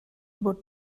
would